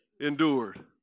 endured